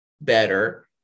better